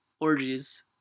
Orgies